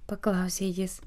paklausė jis